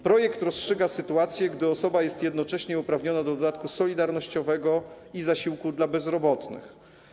Projekt rozstrzyga sytuację, gdy osoba jest jednocześnie uprawniona do dodatku solidarnościowego i zasiłku dla bezrobotnych.